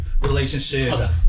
relationship